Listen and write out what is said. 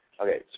Okay